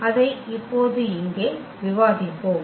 அதை இப்போது இங்கே விவாதிப்போம்